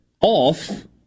off